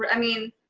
but i mean,